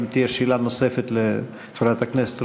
אם תהיה שאלה נוספת לחבר הכנסת בר,